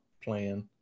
plan